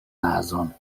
nazon